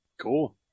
Cool